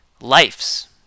life's